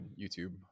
youtube